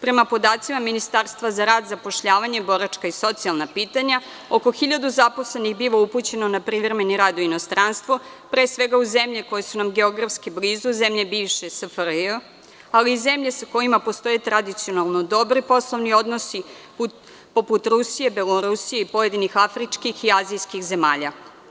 Prema podacima Ministarstva za rad, zapošljavanje, boračka i socijalna pitanja oko hiljadu zaposlenih biva upućeno na privremeni rad u inostranstvo, pre svega u zemlje koje su nam geografski blizu, zemlje bivše SFRJ, ali i zemlje sa kojima postoje tradicionalno dobri poslovni odnosi poput Rusije, Belorusije i pojedinih afričkih i azijskih zemalja.